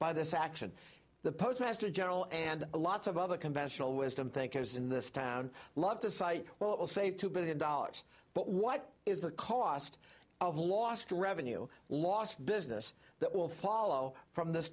by this action the postmaster general and lots of other conventional wisdom think has in this town love this site well it will save two billion dollars but what is the cost of lost revenue lost business that will follow from this